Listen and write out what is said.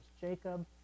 Jacob